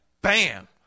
bam